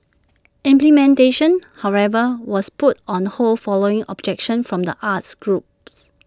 implementation however was put on hold following objection from the arts groups